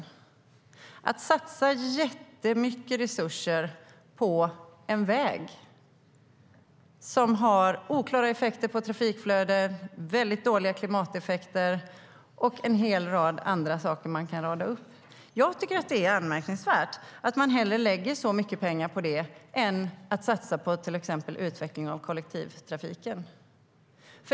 Det handlar om att satsa jättemycket resurser på en väg som har oklara effekter på trafikflöden, väldigt dåliga klimateffekter och en hel del andra saker man kan rada upp. Det är anmärkningsvärt att man hellre lägger så mycket pengar på det än att satsa på till exempel utveckling av kollektivtrafiken.